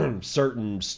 certain